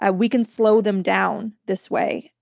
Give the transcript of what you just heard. ah we can slow them down this way.